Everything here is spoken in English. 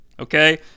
Okay